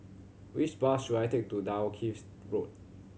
which bus should I take to Dalkeith Road